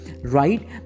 right